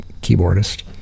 keyboardist